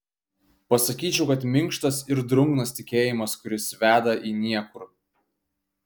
pasakyčiau kad minkštas ir drungnas tikėjimas kuris veda į niekur